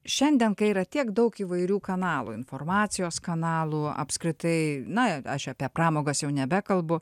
šiandien kai yra tiek daug įvairių kanalų informacijos kanalų apskritai na aš apie pramogas jau nebekalbu